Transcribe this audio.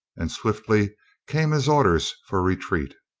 and swiftly came his orders for retreat.